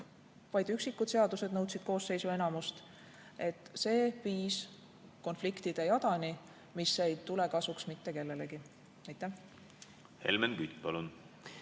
vaid üksikud seadused nõudsid koosseisu enamust, viis konfliktide jadani, mis ei tule kasuks mitte kellelegi. Aitäh! Kui